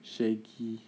shaggy